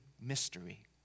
mystery